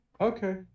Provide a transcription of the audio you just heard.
Okay